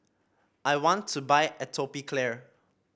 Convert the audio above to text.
I want to buy Atopiclair